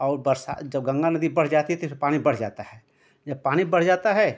और बरसात जब गंगा नदी बढ़ जाती तो इसमें पानी बढ़ जाता है जब पानी बढ़ जाता है